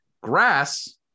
Grass